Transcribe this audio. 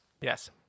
Yes